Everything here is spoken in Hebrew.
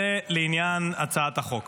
זה לעניין הצעת החוק.